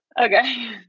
okay